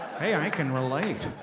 hey, i can relate.